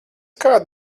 kādu